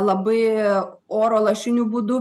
labai oro lašiniu būdu